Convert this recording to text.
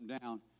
down